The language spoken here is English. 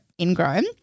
ingrown